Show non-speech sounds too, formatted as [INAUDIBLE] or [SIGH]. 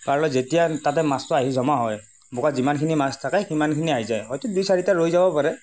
[UNINTELLIGIBLE] যেতিয়া তাতে মাছটো আহি জমা হয় বোকাত যিমানখিনি মাছ থাকে সিমানখিনি আহি যায় হয়টো দুই চাৰিটা ৰৈ যাব পাৰে